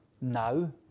now